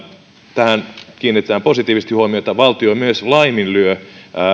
tähän kiinnitetään positiivisesti huomiota valtio myös laiminlyö